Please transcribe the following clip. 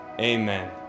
Amen